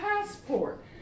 passport